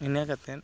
ᱤᱱᱟᱹ ᱠᱟᱛᱮᱱ